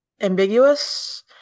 ambiguous